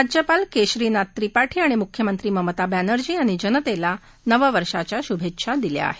राज्यपाल केशरीनाथ त्रिपाठी आणि मुख्यमंत्री ममता बॅनर्जी यांनी जनतेला नववर्षाच्या शुभेच्छा दिल्या आहेत